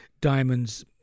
diamonds